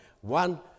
one